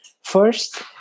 First